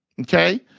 Okay